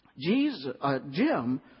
Jim